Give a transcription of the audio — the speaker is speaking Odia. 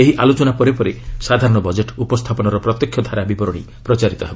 ଏହି ଆଲୋଚନା ପରେ ପରେ ସାଧାରଣ ବଜେଟ୍ ଉପସ୍ଥାପନର ପ୍ରତ୍ୟକ୍ଷ ଧାରା ବିବରଣୀ ପ୍ରଚାରିତ ହେବ